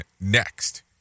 next